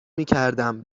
میکردم